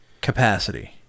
capacity